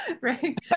right